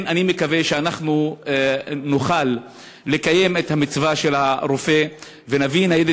אני מקווה שאנחנו נוכל לקיים את המצווה של הרופא ונביא ניידת